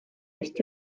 vist